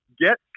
get